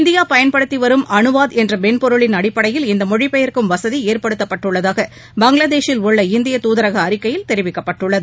India பயன்படுத்தி வரும் அனுவாத் என்ற மென்பொருளின் அடிப்படையில் இந்த மொழி பெயர்க்கும் வசதி ஏற்படுத்தப்பட்டுள்ளதாக பங்களாதேஷில் உள்ள இந்திய தூதரக அறிக்கையில் தெரிவிக்கப்பட்டுள்ளது